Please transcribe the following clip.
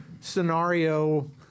scenario